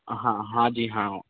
हाँ हाँ जी हाँ